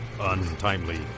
untimely